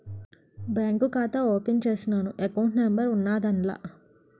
bank ఖాతా open చేసినాను account number ఉన్నాద్దాన్ల